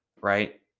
right